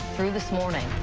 through this morning.